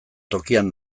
tokian